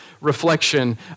reflection